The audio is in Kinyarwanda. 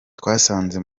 twasanze